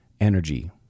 energy